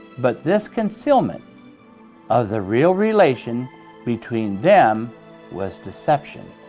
but this concealment of the real relation between them was deception.